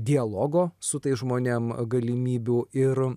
dialogo su tais žmonėm galimybių ir